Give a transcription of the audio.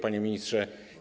Panie Ministrze!